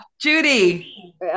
Judy